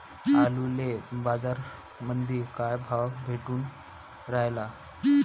आलूले बाजारामंदी काय भाव भेटून रायला?